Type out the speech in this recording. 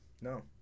No